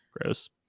gross